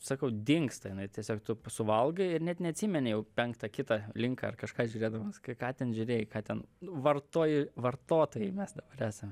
sakau dingsta jinai tiesiog tu suvalgai ir net neatsimeni jau penktą kitą linką ar kažką žiūrėdamas k ką ten žiūrėjai ką ten vartoju vartotojai mes dabar esame